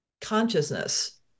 consciousness